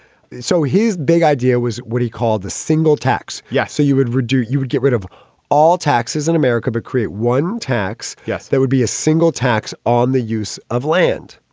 so his big idea was what he called the single tax. yeah. so you would reduce you would get rid of all taxes in america, but create one tax. yes. that would be a single tax on the use of land.